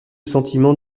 sentiment